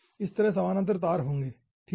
इस तरह समानांतर तार होंगे ठीक है